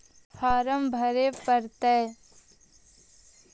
Farm भरे परतय?